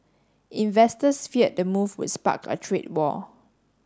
investors feared the move would spark a trade war